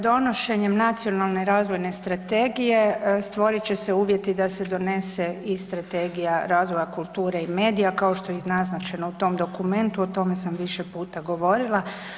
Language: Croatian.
Donošenjem Nacionalne razvojne strategije stvorit će se uvjeti da se donese i strategija razvoja kulture i medija kao što je i naznačeno u tom dokumentu, o tome sam više puta govorila.